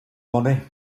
money